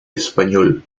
español